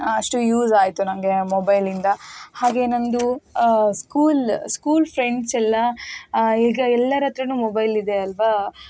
ಅಷ್ಟು ಯೂಸ್ ಆಯ್ತು ನಮಗೆ ಮೊಬೈಲಿಂದ ಹಾಗೆ ನಂದು ಸ್ಕೂಲ್ ಸ್ಕೂಲ್ ಫ್ರೆಂಡ್ಸೆಲ್ಲ ಈಗ ಎಲ್ಲರ ಹತ್ರನು ಮೊಬೈಲಿದೆ ಅಲ್ವಾ